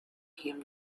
him